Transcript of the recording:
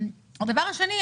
הדבר השני,